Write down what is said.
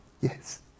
yes